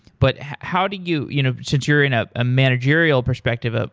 but how do you you know since you're in a ah managerial perspective ah